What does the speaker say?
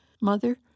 Mother